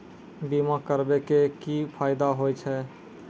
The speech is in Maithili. बीमा करबै के की फायदा होय छै?